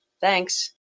Thanks